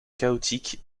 chaotique